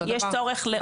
אותו דבר.